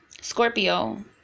Scorpio